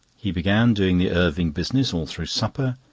he began doing the irving business all through supper.